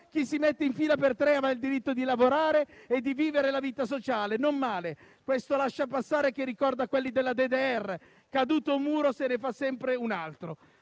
chi si mette in fila per tre avrà il diritto di lavorare e di vivere la vita sociale. Non male. Questo lasciapassare ricorda quelli della DDR; caduto un muro, se ne fa sempre un altro.